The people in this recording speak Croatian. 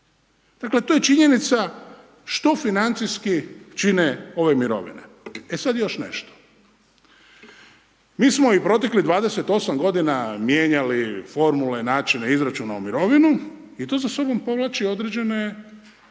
Dakle, to je činjenica što financijski čine ove mirovine. E sada još nešto. Mi smo i proteklih 28 godina mijenjali formule, načine izračuna u mirovinu i to za sobom povlači određene